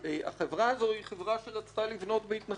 החברה הזו רצתה לבנות בהתנחלויות,